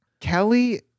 Kelly